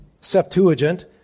Septuagint